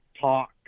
talk